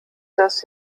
dass